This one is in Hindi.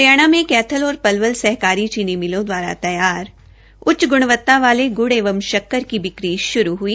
हरियाणा में कैथल और पलवल सहकारी चीनी मिलों द्वारा तैयार उच्च ग्णवत्ता वाले ग्रड़ एवं शक्कर की बिक्री श्रू हई